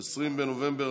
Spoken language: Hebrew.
20 בנובמבר